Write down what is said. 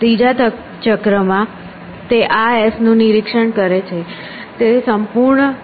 ત્રીજા ચક્રમાં તે આ s નું નિરીક્ષણ કરે છે